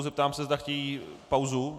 Zeptám se, zda chtějí pauzu.